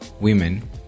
women